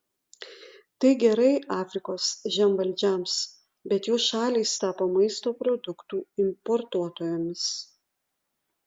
tai gerai afrikos žemvaldžiams bet jų šalys tapo maisto produktų importuotojomis